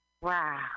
Wow